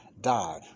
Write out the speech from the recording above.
died